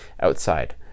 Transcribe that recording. outside